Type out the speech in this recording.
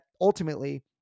ultimately